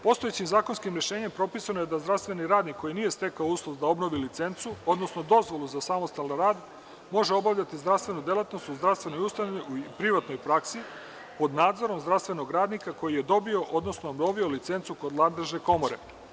Postojećim zakonskim rešenjem propisano je da zdravstveni radnik koji nije stekao uslov da obnavlja licencu, odnosno dozvolu za samostalni rad može obavljati zdravstvenu delatnost u zdravstvenoj ustanovi, u privatnoj praksi pod nadzorom zdravstvenog radnika koji je dobio, odnosno obnovio licencu kod nadležne komore.